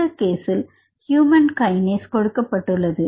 இந்த கேசில் ஹியூமன் கைனேஷ் கொடுக்கப்பட்டுள்ளது